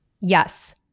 Yes